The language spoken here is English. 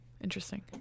Interesting